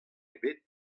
ebet